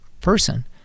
person